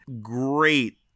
great